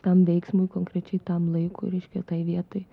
tam veiksmui konkrečiai tam laikui reiškia tai vietai